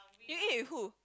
you eat with who